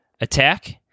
Attack